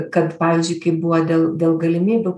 kad pavyzdžiui kai buvo dėl dėl galimybių